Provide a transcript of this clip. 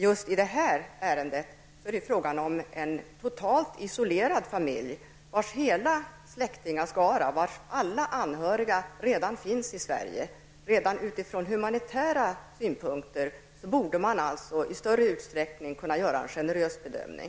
Just i det här ärendet är det frågan om en totalt isolerad familj, vars hela släktingskara, vars alla anhöriga redan finns i Sverige. Redan utifrån humanitära synpunkter borde man alltså i större utsträckning kunna göra en generös bedömning.